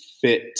fit